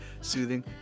soothing